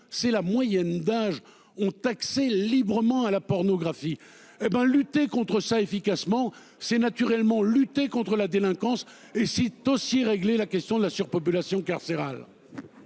c'est la moyenne d'âge ont accès librement à la pornographie. Hé ben lutter contre ça efficacement c'est naturellement lutter contre la délinquance et si tu aussi régler la question de la surpopulation carcérale.--